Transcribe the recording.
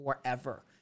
forever